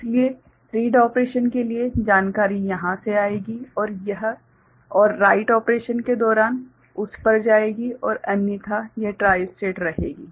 इसलिए read operation के लिए जानकारी यहाँ से आएगी और राइट ऑपरेशन के दौरान उस पर जाएगी और अन्यथा यह ट्राई स्टेट रहेगी